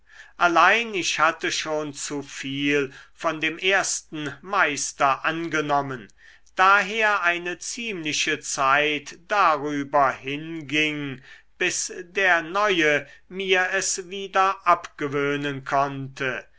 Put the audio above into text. allein ich hatte schon zu viel von dem ersten meister angenommen daher eine ziemliche zeit darüber hinging bis der neue mir es wieder abgewöhnen konnte